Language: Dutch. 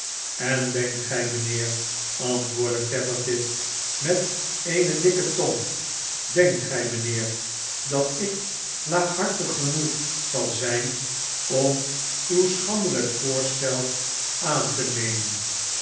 en denkt gij mijnheer antwoordde tappertit met eene dikke tong denkt gij mijnheer dat ik laaghartig genoeg zal zijn om uw schandelijk voorstel aan tenemen